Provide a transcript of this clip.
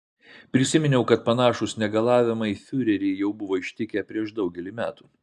prisiminiau kad panašūs negalavimai fiurerį jau buvo ištikę prieš daugelį metų